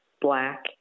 black